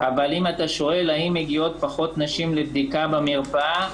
אבל אם אתה שואל האם מגיעות פחות נשים לבדיקה במרפאה,